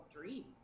dreams